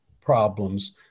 problems